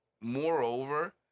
moreover